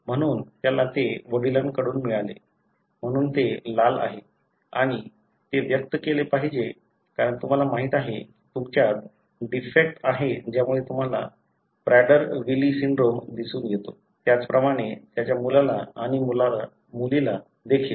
म्हणून त्याला ते वडिलांकडून मिळाले म्हणून ते लाल आहे आणि ते व्यक्त केले पाहिजे कारण तुम्हाला माहित आहे की तुमच्यात डिफेक्ट आहे ज्यामुळे तुम्हाला प्राडर विली सिंड्रोम दिसून येतो त्याचप्रमाणे त्याच्या मुलीला आणि मुलाला देखील